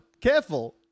careful